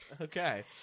Okay